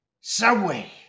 Subway